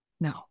No